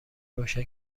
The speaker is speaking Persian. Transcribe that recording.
روشن